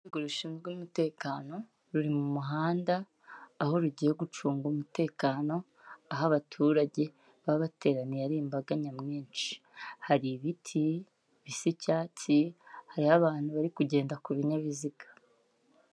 Urwego rushinzwe umutekano ruri mu muhanda, aho rugiye gucunga umutekano, aho abaturage baba bateraniye ari imbaga nyamwinshi. Hari ibiti bisa icyatsi, hariho abantu bari kugenda ku binyabiziga.